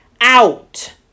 out